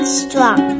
strong